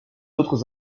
autres